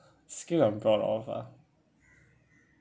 skill I'm proud of ah